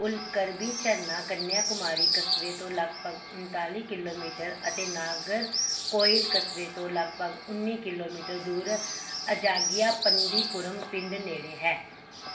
ਉਲਕਰਵੀ ਝਰਨਾ ਕੰਨਿਆਕੁਮਾਰੀ ਕਸਬੇ ਤੋਂ ਲਗਭਗ ਉਨਤਾਲੀ ਕਿਲੋਮੀਟਰ ਅਤੇ ਨਾਗਰ ਕੋਇਲ ਕਸਬੇ ਤੋਂ ਲਗਭਗ ਉੱਨੀ ਕਿਲੋਮੀਟਰ ਦੂਰ ਅਜਾਗੀਆ ਪੰਦੀਪੁਰਮ ਪਿੰਡ ਨੇੜੇ ਹੈ